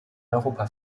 europa